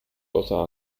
außer